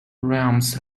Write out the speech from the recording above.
realms